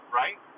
right